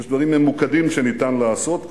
יש דברים ממוקדים שניתן לעשות,